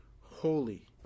holy